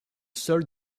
sol